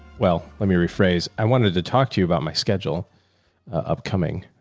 well, let me rephrase. i wanted to talk to you about my schedule upcoming,